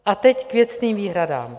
A teď k věcným výhradám.